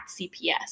CPS